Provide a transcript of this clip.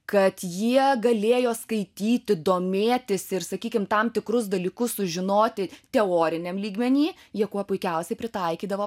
kad jie galėjo skaityti domėtis ir sakykim tam tikrus dalykus žinoti teoriniam lygmeny jie kuo puikiausiai pritaikydavo